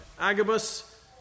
Agabus